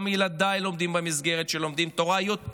גם ילדיי לומדים במסגרת שלומדים תורה יותר